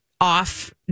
off